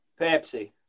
Pepsi